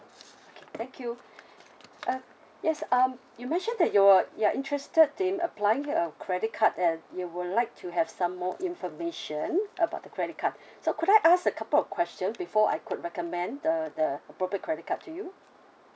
okay thank you uh yes um you mentioned that you're you're interested in applying a credit card and you would like to have some more information about the credit card so could I ask a couple of questions before I could recommend the the appropriate credit card to you